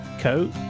coat